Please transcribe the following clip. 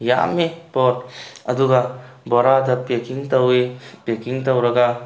ꯌꯥꯝꯃꯤ ꯄꯣꯠ ꯑꯗꯨꯒ ꯕꯣꯔꯥꯗ ꯄꯦꯛꯀꯤꯡ ꯇꯧꯏ ꯄꯦꯛꯀꯤꯡ ꯇꯧꯔꯒ